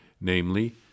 namely